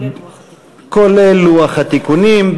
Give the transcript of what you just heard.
כולל לוח התיקונים,